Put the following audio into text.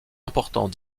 importants